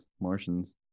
Martians